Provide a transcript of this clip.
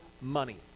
money